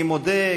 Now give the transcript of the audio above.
אני מודה,